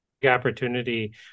opportunity